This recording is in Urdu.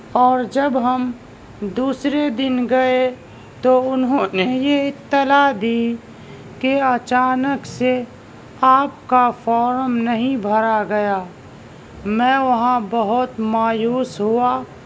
اور جب ہم دوسرے دن گئے تو انہوں نے یہ اطلاع دی کہ اچانک سے آپ کا فارم نہیں بھرا گیا میں وہاں بہت مایوس ہوا